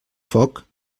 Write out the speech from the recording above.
foc